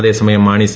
അതേസമയം മാണി സി